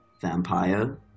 vampire